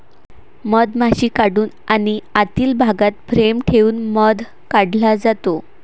मधमाशी काढून आणि आतील भागात फ्रेम ठेवून मध काढला जातो